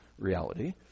reality